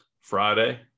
Friday